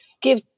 give